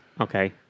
Okay